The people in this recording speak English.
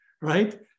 right